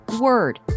word